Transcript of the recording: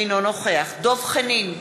אינו נוכח דב חנין,